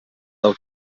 del